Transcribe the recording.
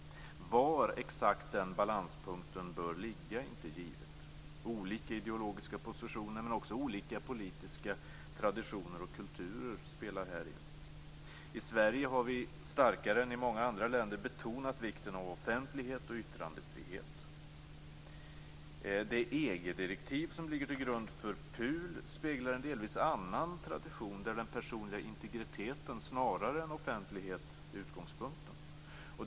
Var exakt den balanspunkten bör ligga är inte givet. Olika ideologiska positioner och också olika politiska traditioner och kulturer spelar här in. I Sverige har vi starkare än i många andra länder betonat vikten av offentlighet och yttrandefrihet. Det EG-direktiv som ligger till grund för PUL speglar delvis en annan tradition där den personliga integriteten snarare än offentlighet är utgångspunkten.